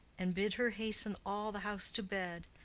and bid her hasten all the house to bed,